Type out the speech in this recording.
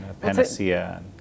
panacea